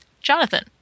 Jonathan